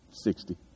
Sixty